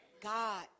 God